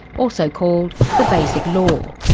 also called the basic law.